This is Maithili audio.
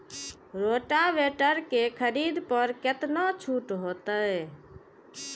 रोटावेटर के खरीद पर केतना छूट होते?